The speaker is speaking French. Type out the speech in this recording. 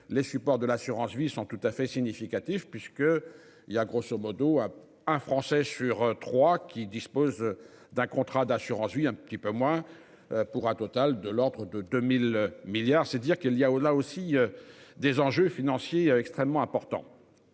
les supports de l'assurance-vie sont tout à fait significatif puisque il y a grosso modo un Français sur trois qui dispose d'un contrat d'assurance-vie un petit peu moins pour un total de l'ordre de 2000 milliards, c'est dire qu'il y a au-delà aussi. Des enjeux financiers extrêmement importants.